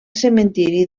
cementiri